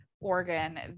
Oregon